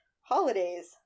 Holidays